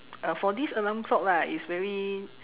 uh for this alarm clock lah it's very